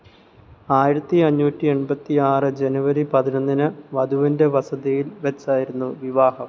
ആയിരത്തി അഞ്ഞൂറ്റി എൺപത്തി ആറ് ജനുവരി പതിനൊന്നിന് വധുവിൻ്റെ വസതിയിൽ വെച്ചായിരുന്നു വിവാഹം